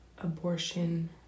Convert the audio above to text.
abortion